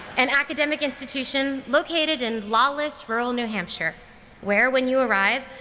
an academic institution located in lawless rural new hampshire where, when you arrive,